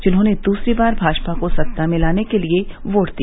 जिन्होंने दूसरी बार भाजपा को सत्ता में लाने के लिए वोट दिया